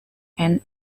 and